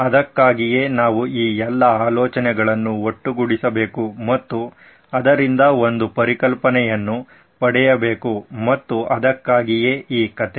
ಅದಕ್ಕಾಗಿಯೇ ನಾವು ಈ ಎಲ್ಲಾ ಆಲೋಚನೆಗಳನ್ನು ಒಟ್ಟುಗೂಡಿಸಬೇಕು ಮತ್ತು ಅದರಿಂದ ಒಂದು ಪರಿಕಲ್ಪನೆಯನ್ನು ಪಡೆಯಬೇಕು ಮತ್ತು ಅದಕ್ಕಾಗಿಯೇ ಈ ಕಥೆ